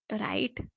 Right